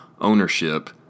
ownership